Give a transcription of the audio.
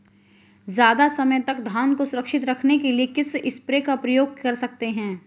ज़्यादा समय तक धान को सुरक्षित रखने के लिए किस स्प्रे का प्रयोग कर सकते हैं?